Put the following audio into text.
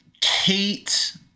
Kate